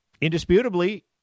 indisputably